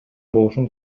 болушун